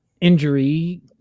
injury